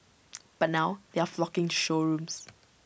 but now they are flocking showrooms